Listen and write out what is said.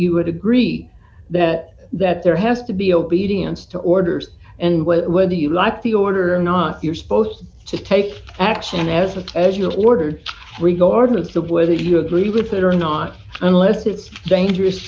you would agree that that there has to be obedience to orders and what it would be like the order or not you're supposed to take action as a pleasure orders regardless of whether you agree with it or not unless it's dangerous